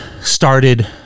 started